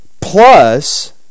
Plus